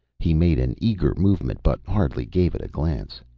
he made an eager movement, but hardly gave it a glance.